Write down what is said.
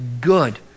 good